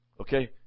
Okay